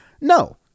no